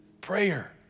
Prayer